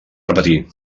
repetir